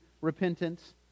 repentance